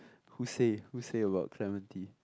who say who say about clementi